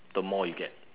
the more you get